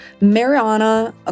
Mariana